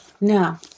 Now